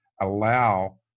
allow